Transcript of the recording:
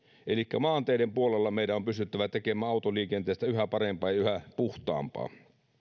elikkä maanteiden puolella meidän on pystyttävä tekemään autoliikenteestä yhä parempaa ja yhä puhtaampaa